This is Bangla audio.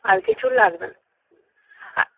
আর কিছু লাগবে না